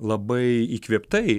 labai įkvėptai